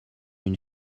une